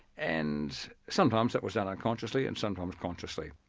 and sometimes that was done unconsciously, and sometimes consciously.